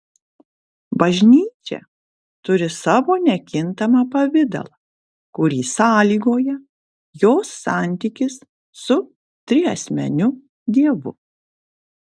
bažnyčia turi savo nekintamą pavidalą kurį sąlygoja jos santykis su triasmeniu dievu